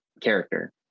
character